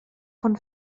von